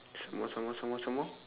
some more some more some more some more